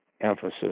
emphasis